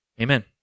Amen